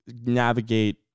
navigate